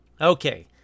Okay